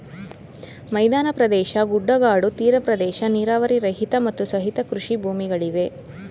ಮೈದಾನ ಪ್ರದೇಶ, ಗುಡ್ಡಗಾಡು, ತೀರ ಪ್ರದೇಶ, ನೀರಾವರಿ ರಹಿತ, ಮತ್ತು ಸಹಿತ ಕೃಷಿ ಭೂಮಿಗಳಿವೆ